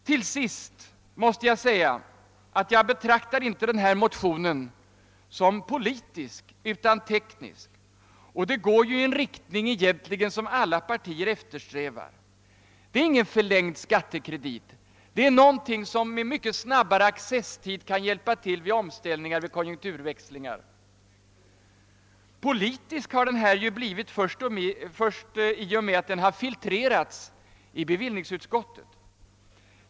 Till sist måste jag säga att jag inte betraktar denna motion som politisk utan som teknisk. Den går ju i en riktning som alla partier eftersträvar. Det är inte fråga om en förlängd skattekredit utan det är någonting som med mycket snabbare accesstid kan underlätta omställningar vid konjunkturväxlingar. Politisk har den blivit först i och med att den har filtrerats i bevillningsutskottet.